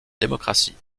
démocratie